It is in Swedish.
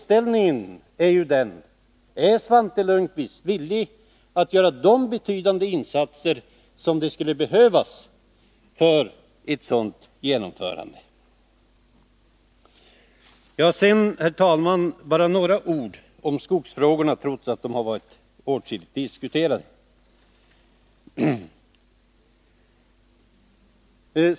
Är Svante Lundkvist villig att göra de betydande insatser som skulle behövas? Sedan, herr talman, bara några ord om skogsfrågorna, trots att de varit åtskilligt diskuterade.